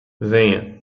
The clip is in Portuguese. venha